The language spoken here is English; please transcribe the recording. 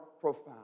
profound